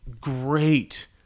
great